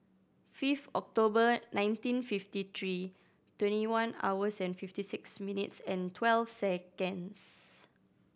fifth October nineteen fifty three twenty one hours and fifty six minutes and twelve seconds